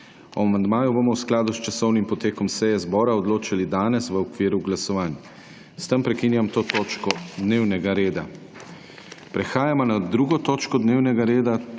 amandmaju bomo v skladu s časovnim potekom seje zbora odločali danes v okviru glasovanj. S tem prekinjam to točko dnevnega reda. Prehajamo na **2. TOČKO DNEVNEGA REDA